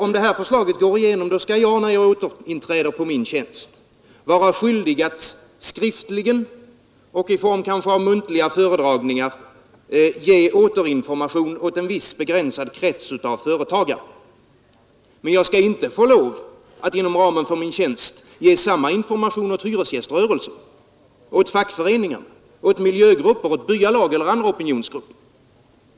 Om det här förslaget går igenom skall jag, när jag återinträder i min tjänst, vara skyldig att skriftligen eller i form av muntliga föredragningar ge återinformation åt en viss begränsad krets av företagare. Men jag skall inte få lov att inom ramen för min tjänst ge samma information åt hyresgäströrelsen, fackföreningar, miljögrupper, byalag och andra opinionsgrupper.